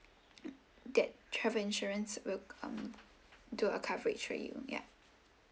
that travel insurance would um do a coverage for you ya